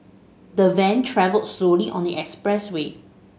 the van travelled slowly on the expressway